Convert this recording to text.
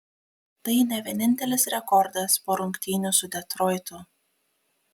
tai ne vienintelis rekordas po rungtynių su detroitu